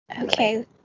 Okay